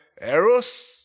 Eros